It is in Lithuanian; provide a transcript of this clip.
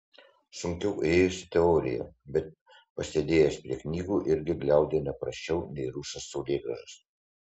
sunkiau ėjosi teorija bet pasėdėjęs prie knygų irgi gliaudė ne prasčiau nei rusas saulėgrąžas